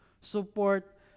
Support